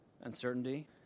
uncertainty